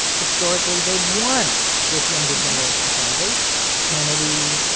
historically, they've won with younger generation candidates kennedy,